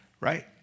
right